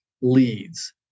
leads